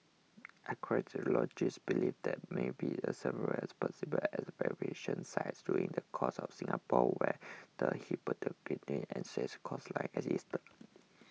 archaeologists believe there may be a several as possible as excavation sites dotting the coast of Singapore where the hypothetical ancient coastline existed